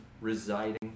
residing